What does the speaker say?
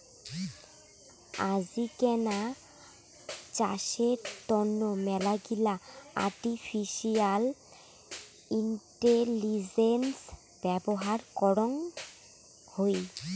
আজিকেনা চাষের তন্ন মেলাগিলা আর্টিফিশিয়াল ইন্টেলিজেন্স ব্যবহার করং হই